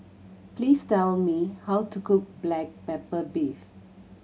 please tell me how to cook black pepper beef